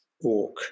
walk